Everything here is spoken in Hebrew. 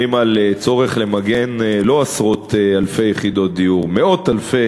על צורך למגן לא עשרות-אלפי יחידות דיור אלא מאות-אלפי